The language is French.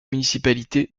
municipalités